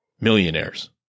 millionaires